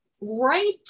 Right